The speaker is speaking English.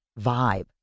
vibe